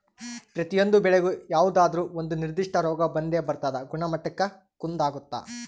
ಪ್ರತಿಯೊಂದು ಬೆಳೆಗೂ ಯಾವುದಾದ್ರೂ ಒಂದು ನಿರ್ಧಿಷ್ಟ ರೋಗ ಬಂದೇ ಬರ್ತದ ಗುಣಮಟ್ಟಕ್ಕ ಕುಂದಾಗುತ್ತ